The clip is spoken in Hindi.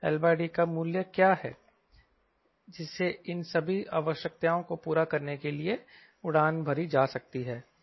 LD का मूल्य क्या है जिससे इन सभी आवश्यकताओं को पूरा करने के लिए उड़ान भरी जा सकती है